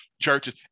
churches